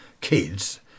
kids